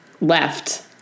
left